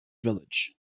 village